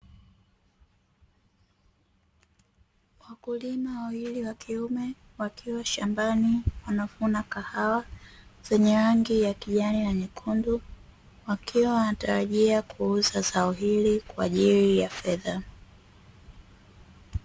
Wakulima wawili, wakiwa shambani wanavuna kahawa zenye rangi ya kijani na nyekundu, wakiwa wanatarajia kuuza zao hili kwa ajili ya fedha.